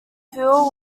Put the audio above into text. feel